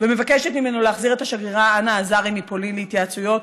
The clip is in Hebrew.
ומבקשת ממנו להחזיר את השגרירה אנה אזרי מפולין להתייעצויות.